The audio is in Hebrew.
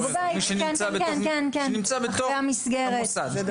מי שנמצא בתוך המוסד.